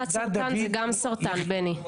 קצת סרטן, וגם סרטן, בני.